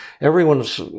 everyone's